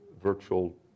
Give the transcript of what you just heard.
virtual